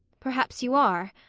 perhaps you are,